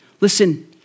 Listen